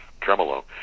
tremolo